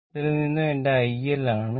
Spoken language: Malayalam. ഇതിൽ നിന്നും എന്റെ IL ആണ്